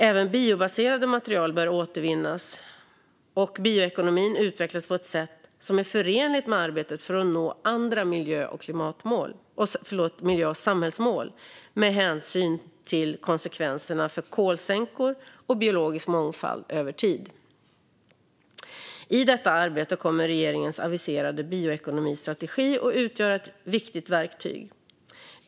Även biobaserade material bör återvinnas, och bioekonomin bör utvecklas på ett sätt som är förenligt med arbetet för att nå andra miljö och samhällsmål och med hänsyn till konsekvenserna för kolsänkor och biologisk mångfald över tid. I detta arbete kommer regeringens aviserade bioekonomistrategi att utgöra ett viktigt verktyg.